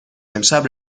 امشب